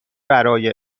برای